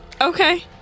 Okay